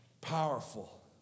Powerful